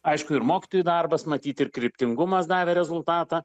aišku ir mokytojų darbas matyt ir kryptingumas davė rezultatą